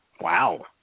Wow